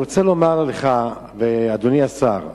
אדוני היושב-ראש,